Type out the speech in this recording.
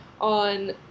on